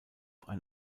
ein